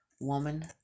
woman